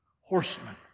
horsemen